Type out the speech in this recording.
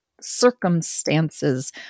circumstances